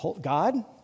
God